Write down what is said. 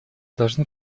должны